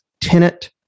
tenant